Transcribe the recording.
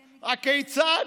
הכיצד?